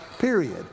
period